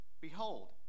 Behold